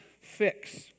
fix